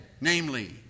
namely